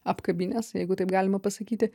apkabinęs jeigu taip galima pasakyti